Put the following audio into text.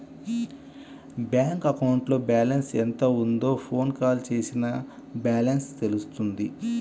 bank అకౌంట్లో balance ఎంత ఉందో ఫోన్ కాల్ చేసినా బ్యాలెన్స్ తెలుస్తుంది